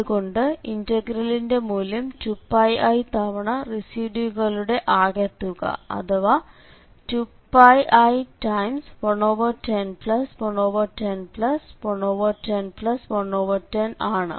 അതുകൊണ്ട് ഇന്റഗ്രലിന്റെ മൂല്യം 2πi തവണ റെസിഡ്യൂകളുടെ ആകെത്തുക അഥവാ 2πi110110110110 ആണ്